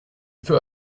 feu